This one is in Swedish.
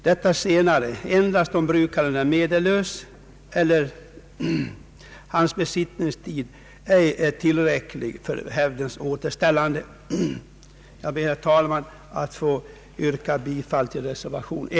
Detta senare gäller endast om brukaren är medellös eller hans besittningstid inte är tillräcklig för hävdens återställande. Jag ber, herr talman, att få yrka bifall till reservation I.